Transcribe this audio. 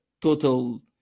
total